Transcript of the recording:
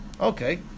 Okay